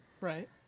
Right